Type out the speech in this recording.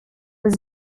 was